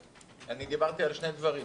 דיברתי על שני דברים,